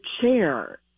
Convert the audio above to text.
chair